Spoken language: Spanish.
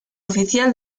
oficial